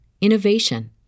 innovation